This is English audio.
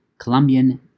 Colombian